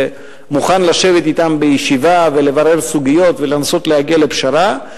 ומוכן לשבת אתם בישיבה ולברר סוגיות ולנסות להגיע לפשרה.